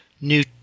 new